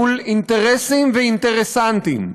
מול אינטרסים ואינטרסנטים,